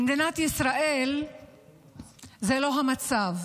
במדינת ישראל זה לא המצב.